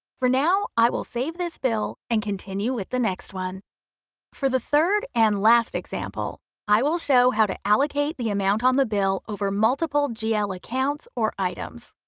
for now i will save this bill and continue with the next one for the third and last example i will show how to allocate the amount on the bill over multiple gl accounts or items.